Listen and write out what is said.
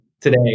today